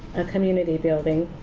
a community building.